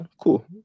cool